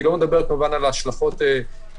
אני לא מדבר, כמובן, על ההשלכות למשק.